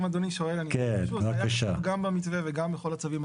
זה היה גם במתווה וגם במצבים.